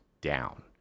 down